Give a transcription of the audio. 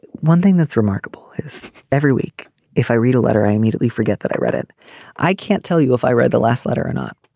one thing that's remarkable is every week if i read a letter i immediately forget that i read it i can't tell you if i read the last letter or not.